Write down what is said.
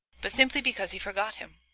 but simply because he forgot him.